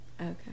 Okay